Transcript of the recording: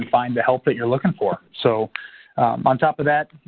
find the help that you're looking for. so on top of that,